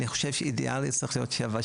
אני חושב שאידיאלית זה צריך להיות שבעה-שמונה,